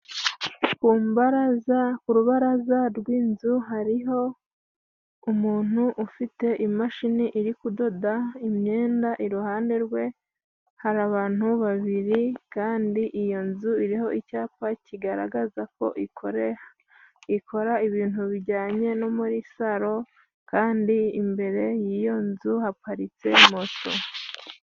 Ku mbaraza, ku rubaraza rw'inzu hariho umuntu ufite imashini iri kudoda imyenda. Iruhande rwe hari abantu babiri kandi iyo nzu iriho icyapa kigaragaza ko ikore ikora ibintu bijyanye no muri salo kandi imbere y'iyo nzu haparitse moto.